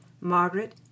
Margaret